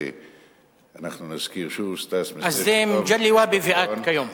אנחנו נזכיר שוב, אז מגלי והבה ואת כיום.